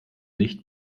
nicht